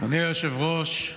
אדוני היושב-ראש,